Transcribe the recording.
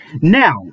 Now